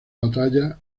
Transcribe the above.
batallas